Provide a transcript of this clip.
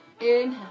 Inhale